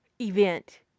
event